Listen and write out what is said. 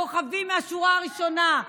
כוכבים מהשורה הראשונה,